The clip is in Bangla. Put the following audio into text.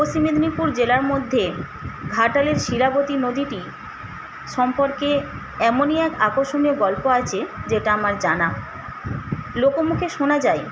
পশ্চিম মেদিনীপুর জেলার মধ্যে ঘাটালের শিলাবতী নদীটি সম্পর্কে এমনই এক আকর্ষণীয় গল্প আছে যেটা আমার জানা লোকমুখে শোনা যায়